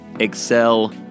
Excel